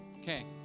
Okay